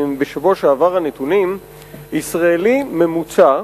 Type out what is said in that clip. בשבוע שעבר התפרסמו הנתונים שעל-פיהם צריך הישראלי הממוצע,